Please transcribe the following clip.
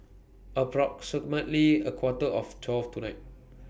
approximately A Quarter to twelve tonight